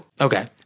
Okay